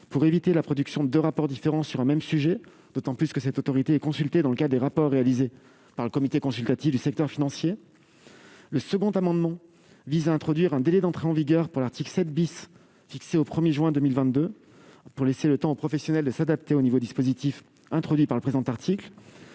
pour éviter la production de rapports différents sur un même sujet, d'autant plus que cette autorité consultée dans le cas des rapports réalisés par le comité consultatif du secteur financier, le second amendement vise à introduire un délai d'entrer en vigueur pour l'article 7 bis, fixé au 1er juin 2022 pour laisser le temps aux professionnels de s'adapter au niveau dispositif introduit par le présent article